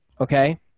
okay